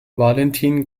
valentin